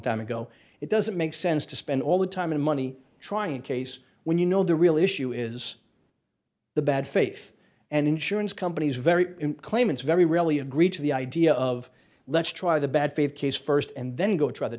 time ago it doesn't make sense to spend all the time and money trying cases when you know the real issue is the bad faith and insurance companies very claimants very rarely agree to the idea of let's try the bad faith case st and then go try the